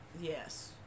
Yes